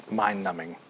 mind-numbing